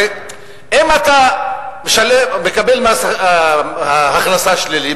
הרי אם אתה מקבל מס הכנסה שלילי,